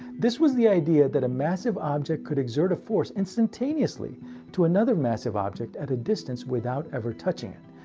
this was the idea that a massive object could exert a force instanteously to another massive object at a distance without ever touching it.